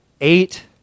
eight